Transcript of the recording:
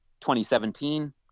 2017